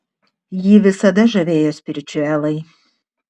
jį visada žavėjo spiričiuelai